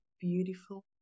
beautiful